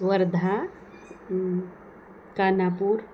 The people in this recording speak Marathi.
वर्धा कानापूर